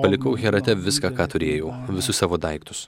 palikau herate viską ką turėjau visus savo daiktus